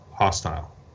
hostile